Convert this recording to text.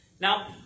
Now